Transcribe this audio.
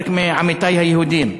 חלק מעמיתי היהודים.